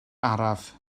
araf